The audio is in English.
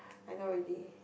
I know already